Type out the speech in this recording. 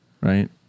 right